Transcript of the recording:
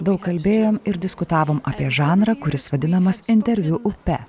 daug kalbėjom ir diskutavom apie žanrą kuris vadinamas interviu upe